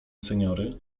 seniory